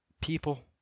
people